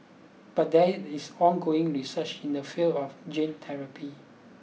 but there is ongoing research in the field of gene therapy